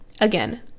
Again